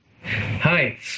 Hi